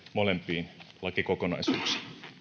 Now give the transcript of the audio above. molempiin lakikokonaisuuksiin